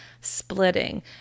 splitting